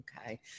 okay